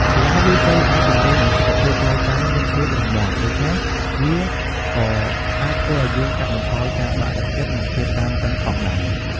កីឡាវាយសី អាចជំរុញឱ្យសុខភាពផ្លូវកាយមានភាពរឹងមាំ ដូច្នេះវាក៏អាចធ្វើឱ្យយើងកាត់បន្ថយការបាក់ទឹកចិត្ត និងភាពតានតឹងផងដែរ។